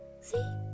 See